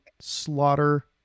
slaughter